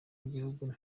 y’igihugu